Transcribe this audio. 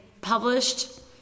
published